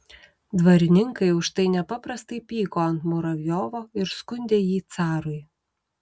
dvarininkai už tai nepaprastai pyko ant muravjovo ir skundė jį carui